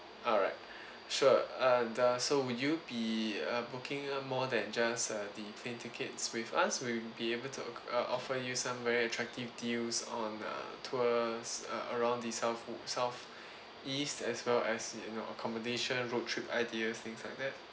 alright sure uh the so would you be uh booking more than just uh the plane tickets with us we'll be able to offer you some very attractive deals on uh tours around the south south east as well as you know accommodation road trip ideas things like that